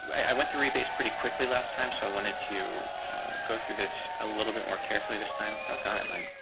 i went through a base pretty quickly last time. so i wanted to go through this a little bit more carefully. this time talk i and like